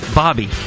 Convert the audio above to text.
bobby